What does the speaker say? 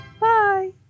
Bye